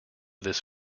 this